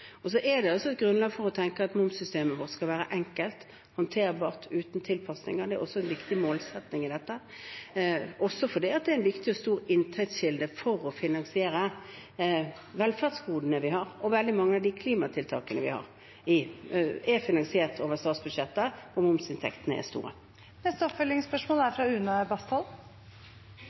Det er grunnlag for å tenke at momssystemet vårt skal være enkelt, håndterbart, uten tilpasninger. Det er også en viktig målsetting i dette – også fordi det er en viktig og stor inntektskilde for å finansiere velferdsgodene vi har. Veldig mange av de klimatiltakene vi har, er finansiert over statsbudsjettet, og momsinntektene er store. Une Bastholm – til oppfølgingsspørsmål. Nå ble det veldig fristende å begynne med å understreke at det er